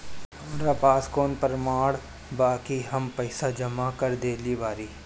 हमरा पास कौन प्रमाण बा कि हम पईसा जमा कर देली बारी?